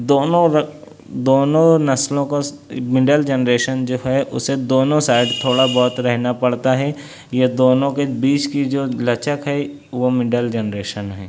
دونوں دونوں نسلوں کو مڈل جنریشن جو ہے اسے دونوں سائڈ تھوڑا بہت رہنا پڑتا ہے یا دونوں کے بیچ کی جو لچک ہے وہ مڈل جنریشن ہیں